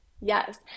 Yes